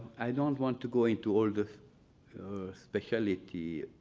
i don't want to go into all the specialty